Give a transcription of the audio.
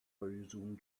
resume